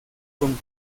kong